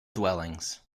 dwellings